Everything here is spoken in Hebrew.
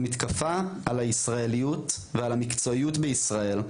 זו מתקפה על הישראליות ועל המקצועיות בישראל,